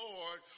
Lord